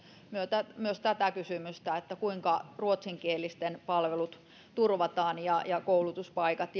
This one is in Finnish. myös tätä kysymystä että kuinka ruotsinkielisten palvelut turvataan ja ja koulutuspaikat